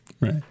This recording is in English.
Right